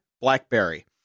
BlackBerry